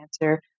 answer